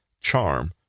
charm